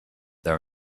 there